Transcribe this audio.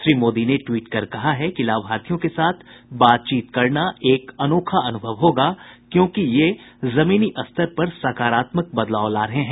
श्री मोदी ने ट्वीट कर कहा है कि लाभार्थियों के साथ बातचीत करना एक अनोखा अनुभव होगा क्योंकि ये जमीनी स्तर पर सकारात्मक बदलाव ला रहे हैं